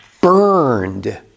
burned